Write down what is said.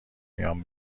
میان